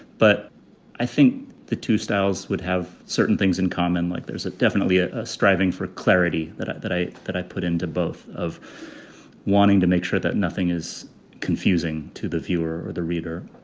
but i think the two styles would have certain things in common, like there's definitely a striving for clarity that i that i that i put into both of wanting to make sure that nothing is confusing to the viewer or the reader.